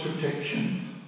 protection